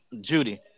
Judy